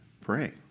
pray